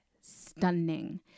stunning